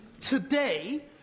Today